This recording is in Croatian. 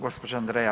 Gđa. Andreja